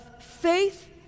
faith